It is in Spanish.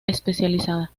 especializada